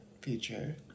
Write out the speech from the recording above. feature